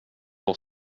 pour